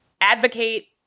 advocate